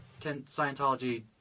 Scientology